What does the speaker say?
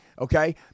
Okay